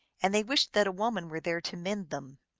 and they wished that a woman were there to mend them.